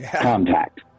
contact